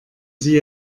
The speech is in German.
sie